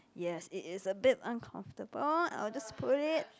yes it is a bit uncomfortable I'll just put it